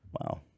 Wow